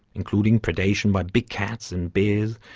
including predation by big cats and bears,